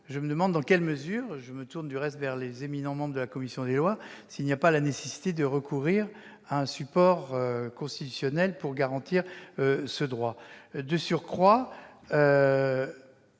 Je me demande donc dans quelle mesure- et je me tourne, pour cela, vers les éminents membres de la commission des lois -il n'y aurait pas nécessité de recourir à un support constitutionnel pour garantir ce droit. De surcroît,